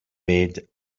made